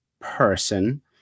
person